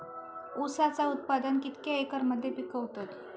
ऊसाचा उत्पादन कितक्या एकर मध्ये पिकवतत?